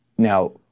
Now